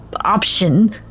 option